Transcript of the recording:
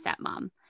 stepmom